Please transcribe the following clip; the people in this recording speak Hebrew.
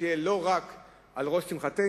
שתהיה לא רק על ראש שמחתנו,